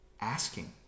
asking